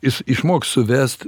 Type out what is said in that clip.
jis išmoks suvest